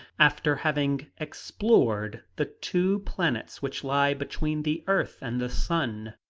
after having explored the two planets which lie between the earth and the sun.